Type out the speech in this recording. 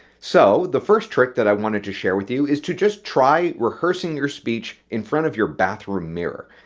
so the first trick that i wanted to share with you is to just try rehearsing your speech in front of your bathroom mirror.